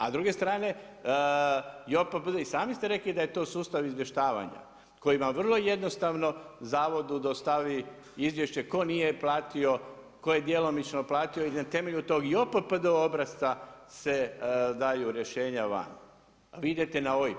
A s druge strane, i sami ste rekli da je to sustav izvještavanja koji vam vrlo jednostavno zavodu dostavi izvješće tko nije platio, tko je djelomično plati i na temelju tog JOPPD obrasca se daju rješenja van a vi idete na OIB.